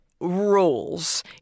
rules